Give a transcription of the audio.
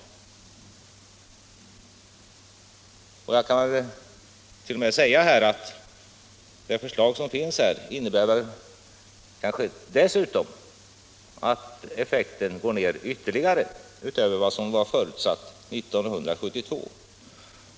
Jag kant.o.m. säga att förslaget innebär att effekten går ned ytterligare utöver vad som var förutsatt 1972.